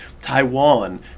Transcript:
Taiwan